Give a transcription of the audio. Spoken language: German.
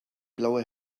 blaue